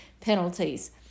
penalties